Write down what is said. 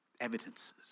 evidences